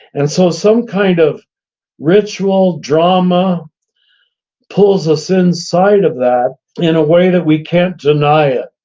and so some kind of ritual drama pulls us inside of that in a way that we can't deny it.